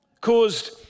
caused